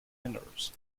minerals